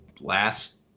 last